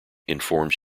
informs